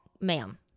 ma'am